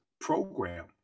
program